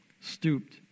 stooped